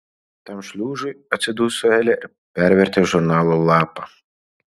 tam šliužui atsiduso elė ir pervertė žurnalo lapą